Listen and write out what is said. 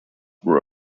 were